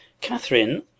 Catherine